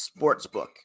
Sportsbook